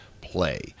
play